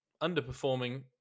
underperforming